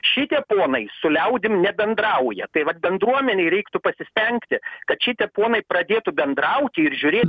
šitie ponai su liaudim nebendrauja tai vat bendruomenei reiktų pasistengti kad šitie ponai pradėtų bendrauti ir žiūrėti